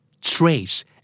trace